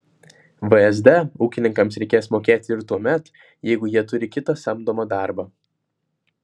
vsd ūkininkams reikės mokėti ir tuomet jeigu jie turi kitą samdomą darbą